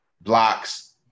blocks